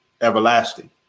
everlasting